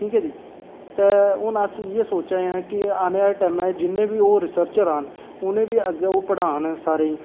ठीक ऐ जी ते हून अस इ'यै सोचा नै आं कि आने आह्ले टैमें जिन्ने बी होर रिसर्चर औन उ'नें बी ओह् अग्गें हून पढ़ान सारें गी